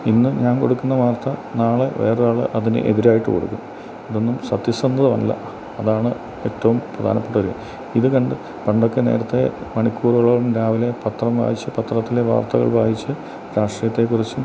ഇന്ന് ഞാൻ കൊടുക്കുന്ന വാർത്ത നാളെ വേറൊരാള് അതിന് എതിരായിട്ട് കൊടുക്കും ഇതൊന്നും സത്യസന്ധമല്ല അതാണ് ഏറ്റവും പ്രധാനപ്പെട്ടത് ഇത് കണ്ട് പണ്ടോക്കെ നേരത്തെ മണിക്കൂറുകളോളും രാവിലെ പത്രം വായിച്ച് പത്രത്തിലെ വാർത്തകൾ വായിച്ച് രാഷ്ട്രീയത്തെ കുറിച്ചും